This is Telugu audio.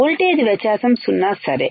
వోల్టేజ్ వ్యత్యాసం సున్నా సరే